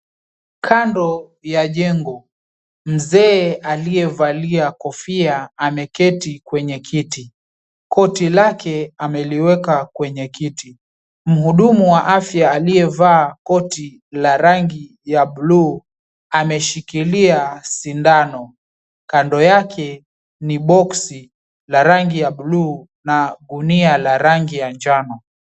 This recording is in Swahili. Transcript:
Kando ya njengo mzee aliyevalia kofia ameketi kwenye kiti . Koti lake ameliweka kwenye kiti. Mhudumu wa afya aliyevaa koti la rangi ya bluu ameshikilia sindano. Kando yake ni boxi la rangi ya bluu na gunia la rangi ya njano.